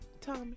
Tommy